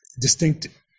distinct